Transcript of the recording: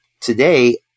today